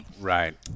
Right